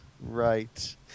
Right